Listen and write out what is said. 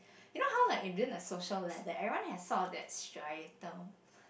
you know how like you did a social lane that everyone have sort of that striatal